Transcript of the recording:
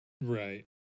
right